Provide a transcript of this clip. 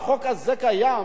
במדינות נאורות.